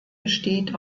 besteht